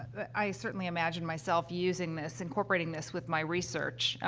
ah i certainly imagine myself using this, incorporating this with my research ah,